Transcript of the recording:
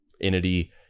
entity